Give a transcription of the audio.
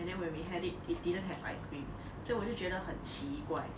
and then when we had it it didn't have ice cream so 我就觉得很奇怪